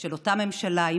של אותה ממשלה,